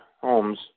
homes